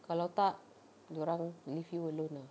kalau tak dorang leave you alone ah